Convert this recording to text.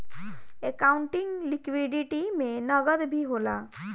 accounting liquidity में नकद भी होला